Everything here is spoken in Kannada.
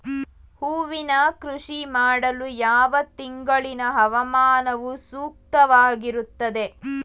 ಹೂವಿನ ಕೃಷಿ ಮಾಡಲು ಯಾವ ತಿಂಗಳಿನ ಹವಾಮಾನವು ಸೂಕ್ತವಾಗಿರುತ್ತದೆ?